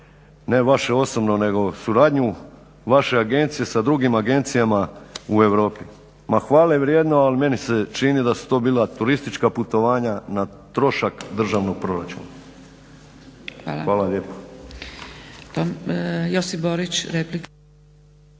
ne vaše osobno nego suradnju vaše agencije sa drugim agencijama u Europi. Ma hvalevrijedno ali meni se čini da su to bila turistička putovanja na trošak državnog proračuna. Hvala lijepo. **Zgrebec, Dragica